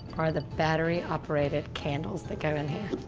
are the battery-operated candles that go in here.